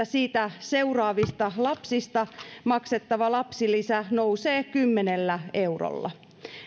siitä seuraavista lapsista maksettava lapsilisä nousevat kymmenellä eurolla